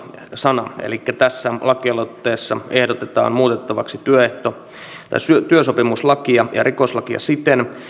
sana elikkä tässä lakialoitteessa ehdotetaan muutettavaksi työsopimuslakia ja rikoslakia siten